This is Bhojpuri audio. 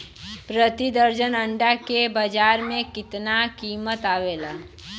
प्रति दर्जन अंडा के बाजार मे कितना कीमत आवेला?